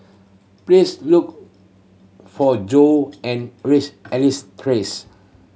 please look for Joe and reach Elias Terrace